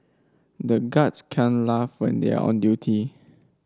the guards can't laugh when they are on duty